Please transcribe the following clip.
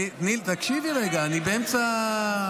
תקשיבי רגע, אני באמצע.